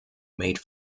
made